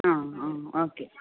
ആ ആ ഓക്കേ